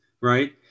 right